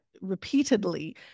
repeatedly